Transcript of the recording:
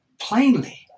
plainly